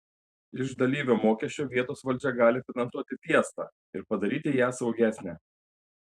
iš dalyvio mokesčio vietos valdžia gali finansuoti fiestą ir padaryti ją saugesnę